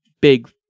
big